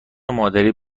مادری